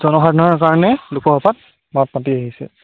জনসাধাৰণৰ কাৰণে লোকসভাত মাত মাতি আহিছে